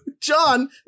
John